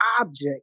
object